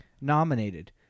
Nominated